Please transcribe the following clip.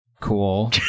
Cool